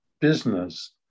Business